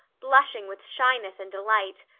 blushing with shyness and delight,